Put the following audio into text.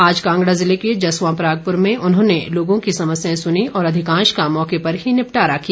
आज कांगड़ा जिले के जसवा परागपुर में उन्होंने लोगों की समस्याए सुनी और अधिकांश का मौके पर ही निपटारा किया